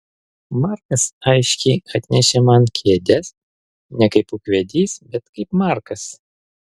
markas aiškiai atnešė man kėdes ne kaip ūkvedys bet kaip markas